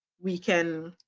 we can